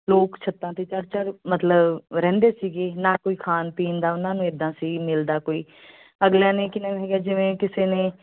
ਲੋਕ ਛੱਤਾਂ 'ਤੇ ਚੜ੍ਹ ਚੜ੍ਹ ਮਤਲਬ ਰਹਿੰਦੇ ਸੀਗੇ ਨਾ ਕੋਈ ਖਾਣ ਪੀਣ ਦਾ ਉਹਨਾਂ ਨੂੰ ਇੱਦਾਂ ਸੀ ਮਿਲਦਾ ਕੋਈ ਅਗਲਿਆਂ ਨੇ ਕਿਵੇਂ ਹੈਗਾ ਜਿਵੇਂ ਕਿਸੇ ਨੇ